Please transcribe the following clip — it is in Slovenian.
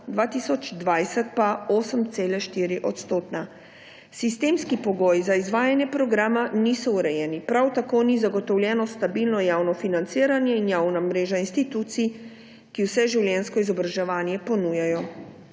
2020 pa 8,4 %. Sistemski pogoji za izvajanje programa niso urejeni, prav tako ni zagotovljeno stabilno javno financiranje in javna mreža institucij, ki vseživljenjsko izobraževanje ponujajo.